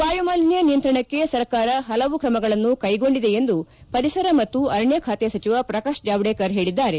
ವಾಯುಮಾಲಿನ್ನ ನಿಯಂತ್ರಣಕ್ಕೆ ಸರ್ಕಾರ ಪಲವು ತ್ರಮಗಳನ್ನು ಕೈಗೊಂಡಿದೆ ಎಂದು ಪರಿಸರ ಮತ್ತು ಅರಣ್ಯ ಖಾತೆ ಸಚಿವ ಪ್ರಕಾಶ್ ಜಾವ್ವೇಕರ್ ಪೇಳದ್ದಾರೆ